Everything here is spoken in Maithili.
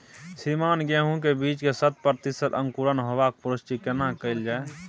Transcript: श्रीमान गेहूं के बीज के शत प्रतिसत अंकुरण होबाक पुष्टि केना कैल जाय?